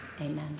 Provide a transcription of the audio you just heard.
Amen